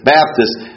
Baptists